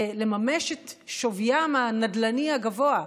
לממש את שוויים הנדל"ני הגבוה.